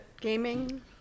gaming